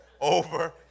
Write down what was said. Over